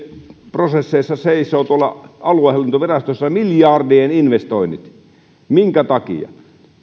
prosesseissa seisoo tuolla aluehallintovirastoissa miljardien investoinnit minkä takia